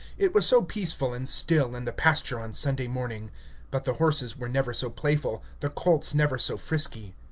it was so peaceful and still in the pasture on sunday morning but the horses were never so playful, the colts never so frisky.